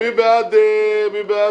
מי בעד הסעיף?